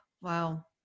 wow